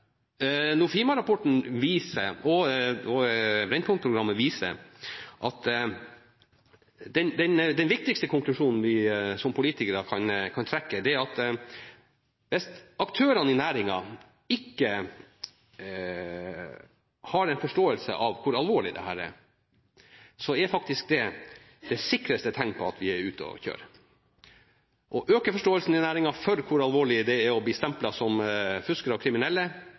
Nofima-rapporten viser, og Brennpunkt-programmet viser, at den viktigste konklusjonen vi som politikere kan trekke, er at hvis aktørene i næringen ikke har en forståelse av hvor alvorlig dette er, er faktisk det det sikreste tegnet på at vi er ute å kjøre. For å øke forståelsen i næringen på alle plan for hvor alvorlig det er å bli stemplet som fuskere og kriminelle